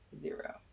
zero